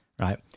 Right